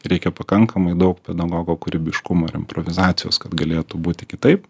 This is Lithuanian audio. reikia pakankamai daug pedagogo kūrybiškumo ir improvizacijos kad galėtų būti kitaip